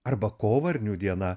arba kovarnių diena